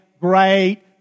great